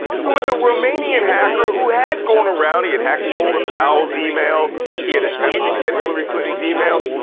who was a romanian hacker who had gone around, he had hacked colin powell's emails, he had attempted to get hillary clinton's emails.